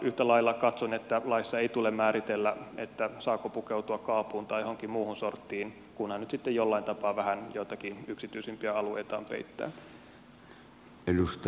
yhtä lailla katson että laissa ei tule määritellä saako pukeutua kaapuun tai johonkin muuhun sorttiin kunhan nyt sitten jollain tapaa vähän joitakin yksityisimpiä alueitaan peittää